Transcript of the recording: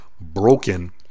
broken